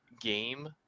game